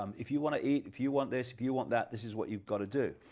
um if you wanna eat, if you want this, if you want that, this is what you got to do,